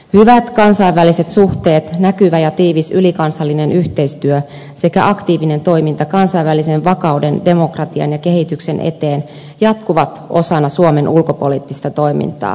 hyvät kansainväliset suhteet näkyvä ja tiivis ylikansallinen yhteistyö sekä aktiivinen toiminta kansainvälisen vakauden demokratian ja kehityksen eteen jatkuvat osana suomen ulkopoliittista toimintaa